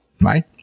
right